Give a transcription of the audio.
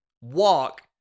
walk